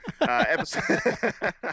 episode